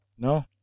No